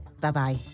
Bye-bye